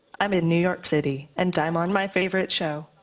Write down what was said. i'm in new york city. and i'm on my favorite show,